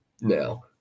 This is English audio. Now